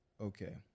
okay